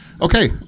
Okay